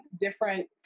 different